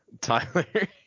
Tyler